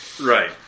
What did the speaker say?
right